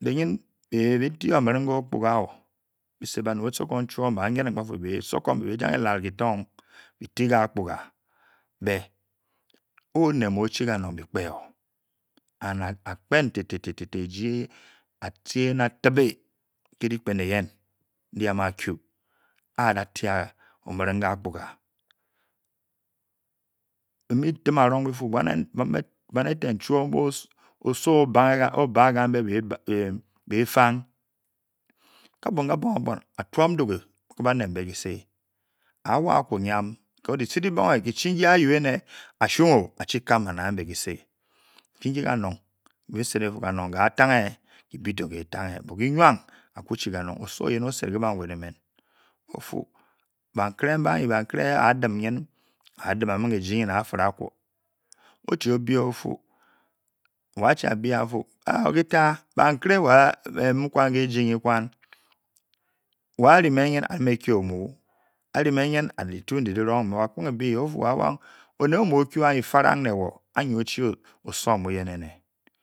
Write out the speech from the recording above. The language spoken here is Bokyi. Ber-be-di omiring ká akpuga-o baned osokom chuo mbé banydeng bafú bé osokom bú jang é lál kiitung ké akpugáa, bé oned mu ochii kanong bi kpe o and akpen tété di-chi eyen di tébe ka da ti omíring ká akpugá bi mu tim´á rung bífú buom eten chuo mbé osowo obara kambé be fang kan-boum, kan-boum a toum nduge a kíe banet mbe kíse awa aku nyama bcos di-chii dibonge ki nki ayúene a shunng-o a-chi kam ba nebe kiji nkike bi mu bi sendeng bifa ká tané kibi tó ke tan-né but kinnang á ku chi kauong osowo oyen ósed ké ba nwet emen ofu ba nkwe nbá yi ba nkire a dim nyn a dim amung ejii afere a ku o shii obevofu kitá bankire me mu kwan keji nikwan wa arime nyna dá mekie ọmu, arime nyn difu ndi-di rung me a kung ebi nyi ofu a-wung oned mú bú anyi fran ne wa anyi o-shi osowo muyem ene